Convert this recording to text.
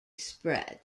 spread